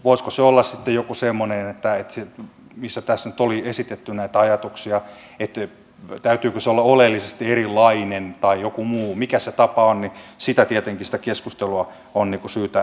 voisiko se olla sitten joku semmoinen tässä nyt oli esitetty näitä ajatuksia että täytyykö sen olla oleellisesti erilainen tai joku muu mikä se tapa on niin sitä keskusteltua tietenkin on syytä käydä